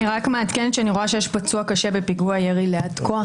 אני רק מעדכנת שאני רואה שיש פצוע קשה בפיגוע ירי ליד תקוע,